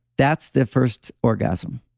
that's the first orgasm.